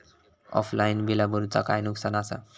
Offline बिला भरूचा काय नुकसान आसा?